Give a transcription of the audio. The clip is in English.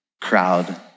crowd